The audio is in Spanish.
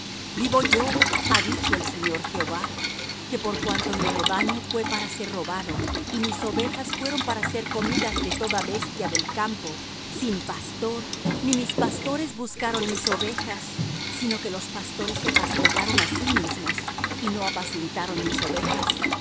vivo yo ha dicho el señor jehová que por cuanto mi rebaño fué para ser robado y mis ovejas fueron para ser comidas de toda bestia del campo sin pastor ni mis pastores buscaron mis ovejas sino que los pastores se apacentaron á sí mismos y no apacentaron mis ovejas